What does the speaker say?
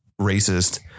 racist